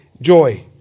joy